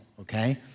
Okay